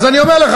אז אני אומר לך,